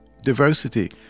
diversity